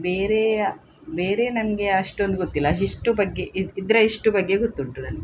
ಬೇರೆಯ ಬೇರೆ ನನಗೆ ಅಷ್ಟೊಂದು ಗೊತ್ತಿಲ್ಲ ಇಷ್ಟು ಬಗ್ಗೆ ಇದರ ಇಷ್ಟು ಬಗ್ಗೆ ಗೊತ್ತುಂಟು ನನಗೆ